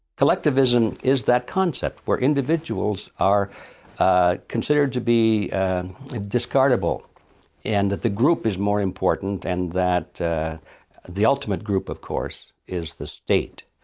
collectivism is that concept where individuals are considered to be discardable and that the group is more important and that the ultimate group, of course, is the state.